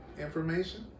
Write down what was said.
information